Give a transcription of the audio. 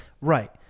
Right